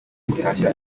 gutashya